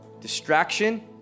Distraction